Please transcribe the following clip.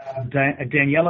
Daniela